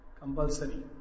compulsory